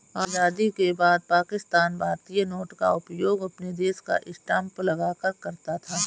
आजादी के बाद पाकिस्तान भारतीय नोट का उपयोग अपने देश का स्टांप लगाकर करता था